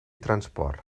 transport